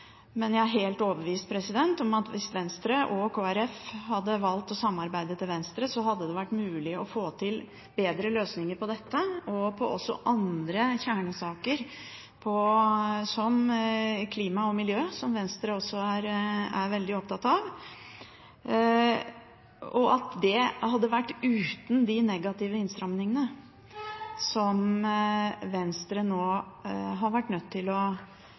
Men jeg er helt overbevist om at hvis Venstre og Kristelig Folkeparti hadde valgt å samarbeide til venstre, hadde det vært mulig å få til bedre løsninger på dette og andre kjernesaker, som klima og miljø, som Venstre også er veldig opptatt av, og at det hadde vært uten de negative innstramningene som Venstre nå har vært nødt til å